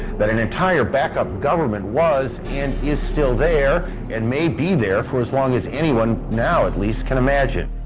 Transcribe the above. that an entire backup government was, and is, still there and may be there for as long as anyone now, at least, can imagine.